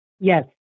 Yes